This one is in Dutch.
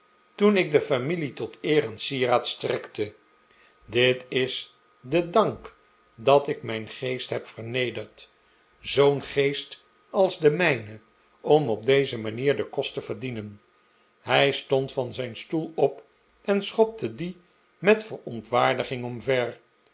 toen ik de familie tot eer en sieraad strekte dit is de dank dat ik mijn geest heb vernederd zoo'n geest als de mijne om op deze manier den kost te verdienen hij stond van zijn stoel op en schopte dien met verontwaardiging omver